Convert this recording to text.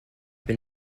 been